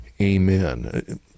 Amen